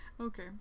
okay